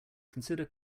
consider